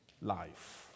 life